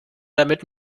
damit